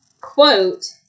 quote